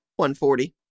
$140